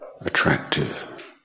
attractive